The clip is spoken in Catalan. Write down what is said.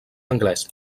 anglès